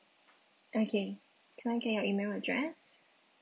okay can I get your email address